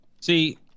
see